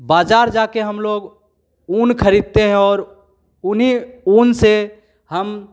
बाज़ार जा कर हम लोग ऊन खरीदते हैं और उन्हें ऊन से